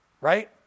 right